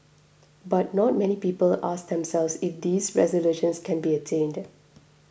but not many people ask themselves if these resolutions can be attained